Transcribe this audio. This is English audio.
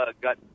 got